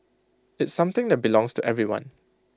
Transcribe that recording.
it's something that belongs to everyone